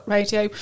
Radio